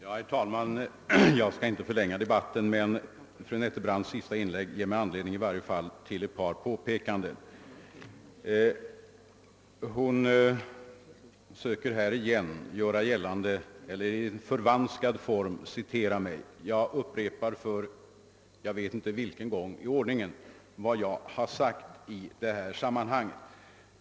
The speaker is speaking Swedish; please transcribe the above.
Herr talman! Jag skall inte förlänga denna debatt så mycket, men fru Nettelbrandts senaste inlägg ger mig anledning att göra ett par påpekanden. Fru Nettelbrandt citerade mig ännu en gång i förvanskad form, och därför upprepar jag nu vad jag verkligen sagt i detta sammanhang.